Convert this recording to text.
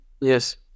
Yes